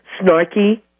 snarky